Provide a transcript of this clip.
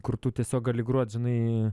kur tu tiesiog gali grot žinai